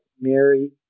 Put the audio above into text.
Mary